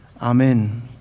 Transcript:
Amen